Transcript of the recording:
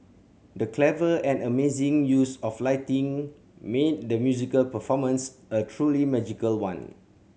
the clever and amazing use of lighting made the musical performance a truly magical one